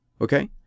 Okay